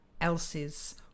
else's